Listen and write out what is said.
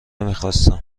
میخواستم